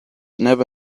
never